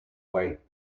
way